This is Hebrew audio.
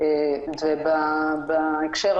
איזה סיפור,